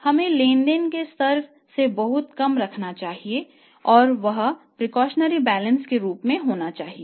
फिर precautionary balance के रूप होना चाहिए